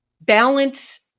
balance